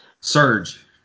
Surge